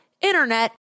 internet